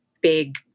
big